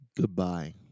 goodbye